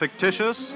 fictitious